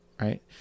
right